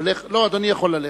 אדוני יכול ללכת.